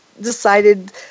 decided